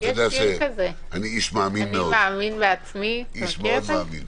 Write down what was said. יושבים פה בקבוצה כזאת, במקום אחר